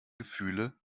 gefühle